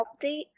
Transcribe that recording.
update